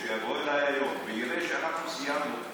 שיבוא אליי היום ושיראה שאנחנו סיימנו,